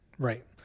Right